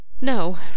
No